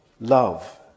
love